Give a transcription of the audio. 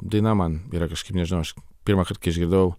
daina man yra kažkaip nežinau aš pirmąkart kai išgirdau